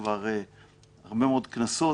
כבר הרבה מאוד כנסות,